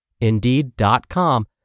Indeed.com